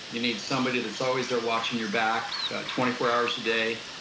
you need somebody that's always there watching your back twenty four hours a day,